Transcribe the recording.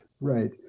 right